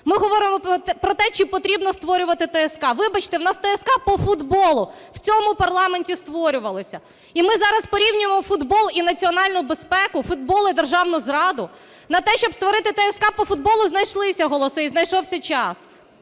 Ми говоримо про те, чи потрібно створювати ТСК. Вибачте, у нас ТСК по футболу в цьому парламенті створювалася. І ми зараз порівнюємо футбол і національну безпеку, футбол і державну зраду? На те, щоб створити ТСК по футболу, знайшлися голоси і знайшовся час,